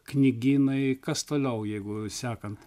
knygynai kas toliau jeigu sekant